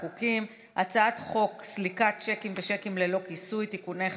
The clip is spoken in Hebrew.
חוק המידע הפלילי ותקנת השבים (תיקון),